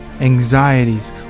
anxieties